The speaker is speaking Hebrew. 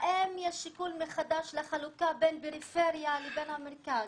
האם יש שיקול מחדש לחלוקה בין פריפריה לבין המרכז?